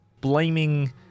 blaming